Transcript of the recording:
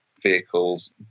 vehicles